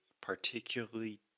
particularly